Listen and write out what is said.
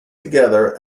together